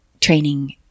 training